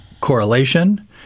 correlation